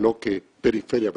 ולא כפריפריה ומרכז.